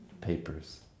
papers